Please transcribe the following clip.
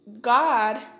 God